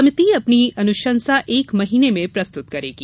समिति अपनी अनुशंसा एक माह में प्रस्तुत करेगी